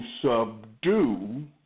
subdue